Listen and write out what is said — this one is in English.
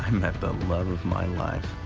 met the love of my life.